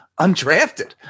undrafted